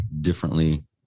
differently